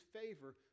favor